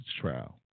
trial